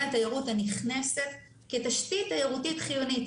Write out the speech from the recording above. התיירות הנכנסת כתשתית תיירותית חיונית.